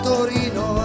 Torino